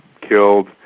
killed